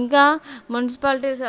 ఇంకా మున్సిపాలిటీస్